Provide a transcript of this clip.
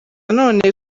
none